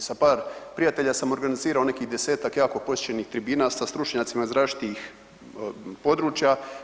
I sa par prijatelja sam organizirao nekih desetak jako posjećenih tribina sa stručnjacima iz različitih područja.